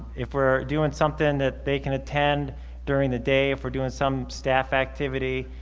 if we're doing something that they can attend during the day, if we're doing some staff activity,